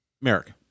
Merrick